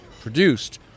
produced